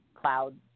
cloud